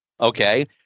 Okay